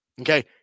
okay